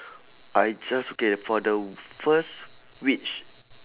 I just get for the first wish